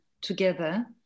together